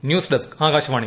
news desk Akashvani